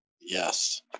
Yes